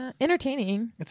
Entertaining